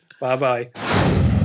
Bye-bye